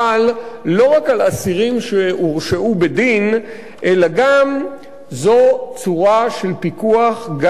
שהורשעו בדין אלא זו צורה של פיקוח גם על עצורים,